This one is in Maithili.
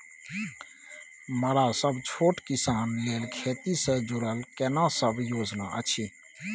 मरा सब छोट किसान लेल खेती से जुरल केना सब योजना अछि?